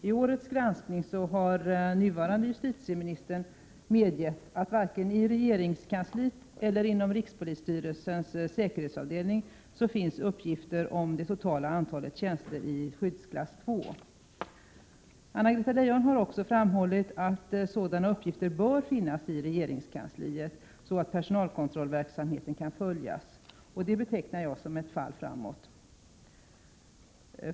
I årets granskning har den nuvarande justitieministern medgett att det varken i regeringskansliet eller inom rikspolisstyrelsens säkerhetsavdelning finns uppgifter om det totala antalet tjänster i skyddsklass 2. Anna-Greta Leijon har också framhållit att sådana uppgifter bör finnas i regeringskansliet, så att personalkontrollverksamheten kan följas. Det betecknar jag som ett fall framåt.